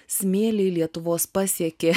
smėliai lietuvos pasiekė